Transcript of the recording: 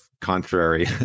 contrary